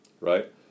Right